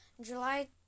July